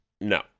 No